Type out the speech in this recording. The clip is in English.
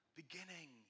beginning